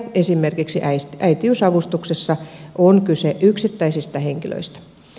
esimerkiksi äitiysavustuksissa on kyse yksittäisistä henkilöistä